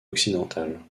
occidentales